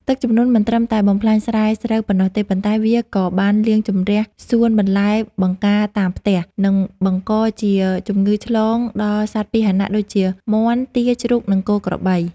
ទឹកជំនន់មិនត្រឹមតែបំផ្លាញស្រែស្រូវប៉ុណ្ណោះទេ ប៉ុន្តែវាក៏បានលាងជម្រះសួនបន្លែបង្ការតាមផ្ទះ និងបង្កជាជំងឺឆ្លងដល់សត្វពាហនៈដូចជាមាន់ ទា ជ្រូក និងគោក្របី។